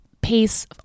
pace